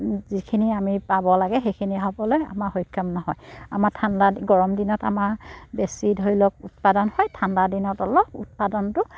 যিখিনি আমি পাব লাগে সেইখিনি হ'বলৈ আমাৰ সক্ষম নহয় আমাৰ ঠাণ্ডা গৰম দিনত আমাৰ বেছি ধৰি লওক উৎপাদন হয় ঠাণ্ডা দিনত অলপ উৎপাদনটো